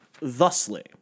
thusly